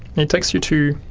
it takes you to